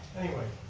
anyway,